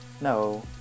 No